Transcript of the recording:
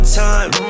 time